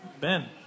Ben